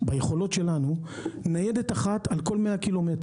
ביכולות שלנו אנחנו נותנים היום ניידת אחת על כל 100 קילומטר,